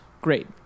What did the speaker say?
Great